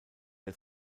der